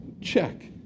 Check